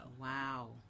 wow